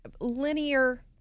linear